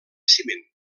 ciment